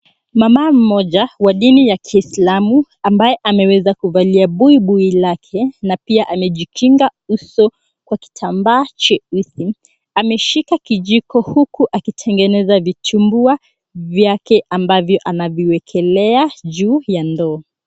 Mama mmoja wa dini ya kiislamu, ambaye ameweza kuvalia buibui lake, na pia amejikinga uso kwa kitambaa cheusi, ameshika kijiko huku akitengeneza vitumbua vyake ambavyo anaviwekelea juu ya ndoo.